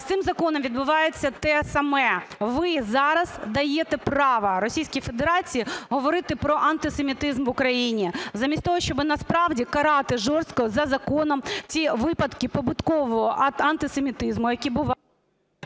З цим законом відбувається те саме. Ви зараз даєте право Російській Федерації говорити про антисемітизм в Україні, замість того, щоб насправді карати жорстко за законом ті випадки побутового антисемітизму, які…